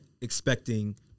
expecting